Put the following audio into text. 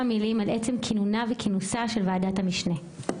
מילים על עצם כינונה וכינוסה של ועדת המשנה.